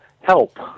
help